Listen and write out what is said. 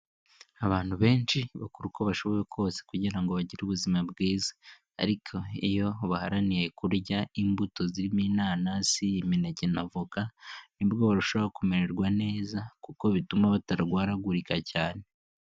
Abantu benshi bakora uko bashoboye kose kugira ngo bagire ubuzima bwiza ariko iyo baharaniye kurya imbuto zirimo inanasi, imineke n'avoko nibwo barushaho kumererwa neza kuko bituma batarwaragurika cyane.